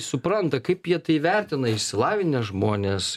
supranta kaip jie tai vertina išsilavinę žmonės